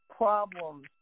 problems